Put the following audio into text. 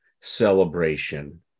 celebration